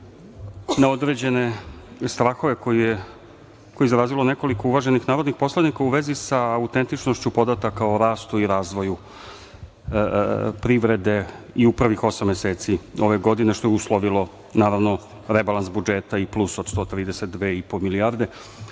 na određene strahove koje je izrazilo nekoliko uvaženih narodnih poslanika u vezi sa autentičnošću podataka o rastu i razvoju privrede u prvih osam meseci ove godine, što je uslovilo, naravno, rebalans budžeta i plus od 132,5 milijarde. Kada